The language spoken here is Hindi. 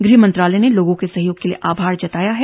गृह मंत्रालय ने लोगों के सहयोग के लिए आभार जताया है